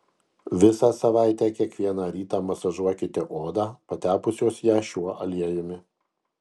visą savaitę kiekvieną rytą masažuokite odą patepusios ją šiuo aliejumi